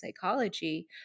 psychology –